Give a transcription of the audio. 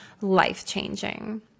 life-changing